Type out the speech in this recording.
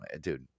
dude